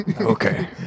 Okay